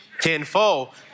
tenfold